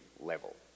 level